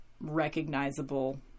recognizable